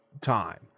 time